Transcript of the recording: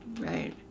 right